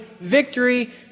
victory